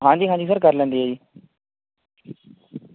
ਹਾਂਜੀ ਹਾਂਜੀ ਸਰ ਕਰ ਲੈਂਦੇ ਹੈ ਜੀ